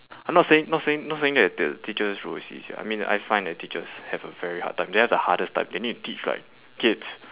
I'm not saying not saying not saying that that the teachers ya I mean I find that teachers have a very hard time they have the hardest time they need to teach like kids